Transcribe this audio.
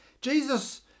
Jesus